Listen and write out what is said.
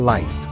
Life